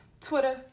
Twitter